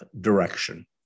direction